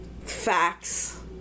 facts